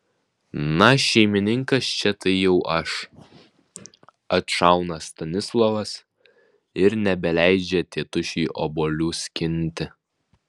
na šeimininkas čia tai jau aš atšauna stanislovas ir nebeleidžia tėtušiui obuolių skinti